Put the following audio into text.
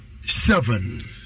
seven